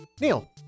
Neil